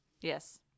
Yes